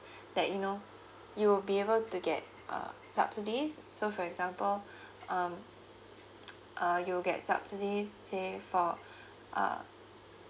that you know you will be able to get uh subsidy so for example um uh you will get subsidies say for uh